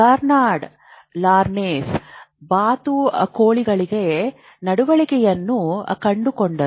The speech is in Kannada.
ಕಾನ್ರಾಡ್ ಲಾರೆನ್ಸ್ ಬಾತುಕೋಳಿಗಳಲ್ಲಿ ನಡವಳಿಕೆಯನ್ನು ಕಂಡುಕೊಂಡರು